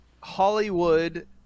hollywood